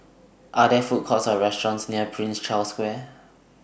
Are There Food Courts Or restaurants near Prince Charles Square